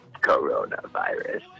coronavirus